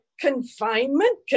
confinement